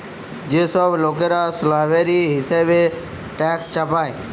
যে সব লোকরা স্ল্যাভেরি হিসেবে ট্যাক্স চাপায়